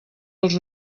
els